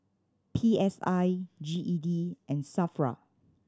P S I G E D and SAFRA